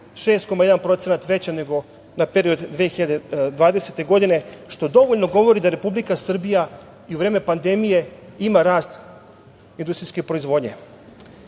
6,1% veća nego na period 2020. godine što dovoljno govori da Republika Srbija i u vreme pandemije ima rast industrijske proizvodnje. Predloženi